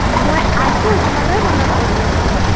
মই আছোঁ তোমালৈ মনত কৰি আছিলোঁ